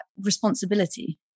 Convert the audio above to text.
responsibility